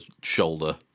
shoulder